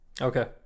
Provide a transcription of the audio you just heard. Okay